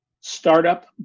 startup